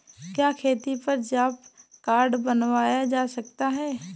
क्या खेती पर जॉब कार्ड बनवाया जा सकता है?